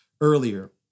earlier